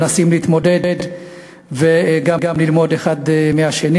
מנסים להתמודד וגם ללמוד אחד מהשני,